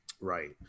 Right